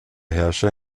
herrscher